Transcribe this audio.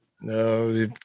No